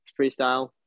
freestyle